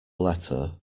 letter